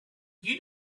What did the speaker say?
you